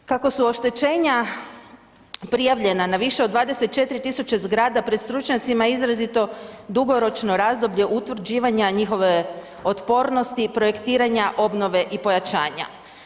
Kako su oštećenja prijavljena na više od 24 000 zgrada, pred stručnjacima je izrazito dugoročno razdoblje utvrđivanja njihove otpornosti, projektiranja obnove i pojačanja.